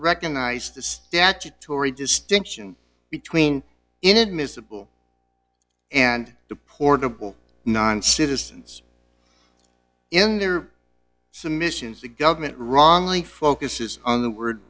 recognize the statutory distinction between inadmissible and the portable non citizens in their submissions the government wrongly focuses on the word